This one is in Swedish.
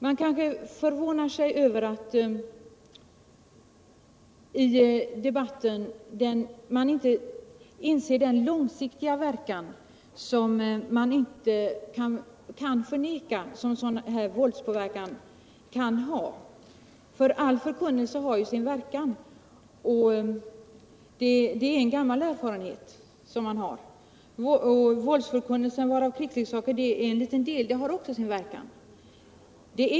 Det är förvånansvärt att man i debatten inte kan inse de långsiktiga riskerna, som onekligen finns i en sådan våldspåverkan. All förkunnelse har ju sin verkan. Det vet vi av gammal erfarenhet. Våldsförkunnelsen, varav krigsleksaker utgör en liten del, har också sin verkan.